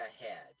ahead